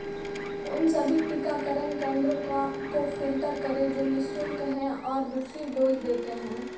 उन सभी टीकाकरण केंद्रों को फिल्टर करें जो निःशुल्क हैं और दूसरी डोज देते हैं